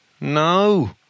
No